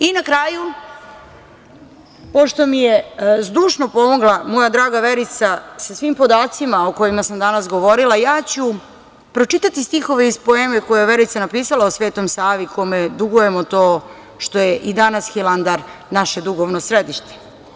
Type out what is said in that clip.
I na kraju, pošto mi je zdušno pomogla moja draga Verica sa svim podacima o kojima sam danas govorila, ja ću pročitati stihove iz poeme koju je Verica napisala o Svetom Savi, kome dugujemo to što je i dan danas Hilandar naše duhovno sedište.